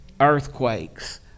Earthquakes